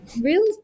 real